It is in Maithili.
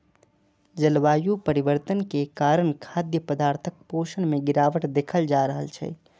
जलवायु परिवर्तन के कारण खाद्य पदार्थक पोषण मे गिरावट देखल जा रहल छै